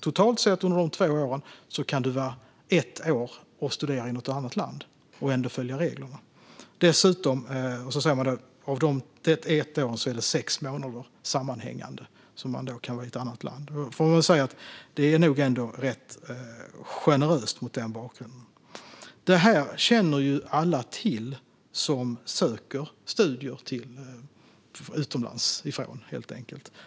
Totalt sett under de två åren kan du alltså studera i något annat land i ett år och ändå följa reglerna. Under det året kan man vara sex månader sammanhängande i ett annat land. Mot den bakgrunden är det ändå rätt generöst. Det här känner alla till som söker sig till studier utomlands ifrån.